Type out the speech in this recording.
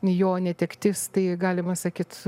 jo netektis tai galima sakyti